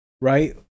right